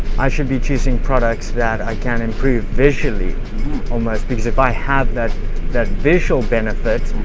i should be choosing products that i can improve visually almost because if i have that that visual benefit,